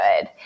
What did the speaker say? good